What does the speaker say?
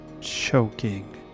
choking